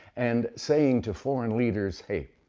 and saying to foreign leaders, hey,